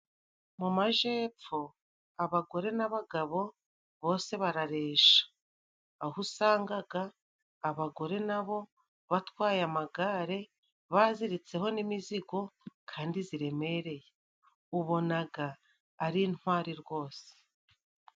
Mu majepfo abagore n'abagabo bose bararesha. Aho usangaga abagore na bo batwaye amagare baziritseho n'imizigo kandi ziremereye, ubonaga ari intwari rwose.